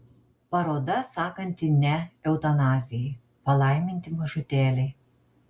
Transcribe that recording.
paroda sakanti ne eutanazijai palaiminti mažutėliai